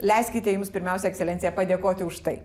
leiskite jums pirmiausia ekscelencija padėkoti už tai